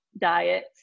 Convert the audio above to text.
diet